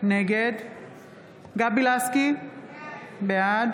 נגד גבי לסקי, בעד